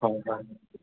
हय हय